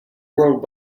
world